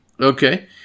Okay